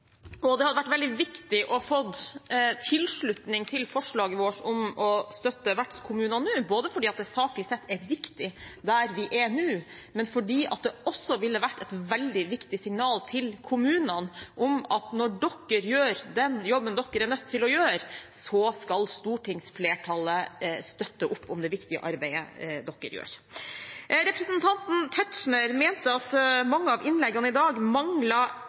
og det hadde vært veldig viktig å få tilslutning til forslaget vårt om å støtte vertskommuner nå, fordi det rent saklig er riktig der vi er nå, men også fordi det ville vært et veldig viktig signal til kommunene om at når dere gjør den jobben dere er nødt til å gjøre, skal stortingsflertallet støtte opp om det viktige arbeidet dere gjør. Representanten Tetzschner mente at mange av innleggene i dag